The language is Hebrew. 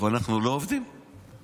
הם לא אומרים "האינסטלטורים".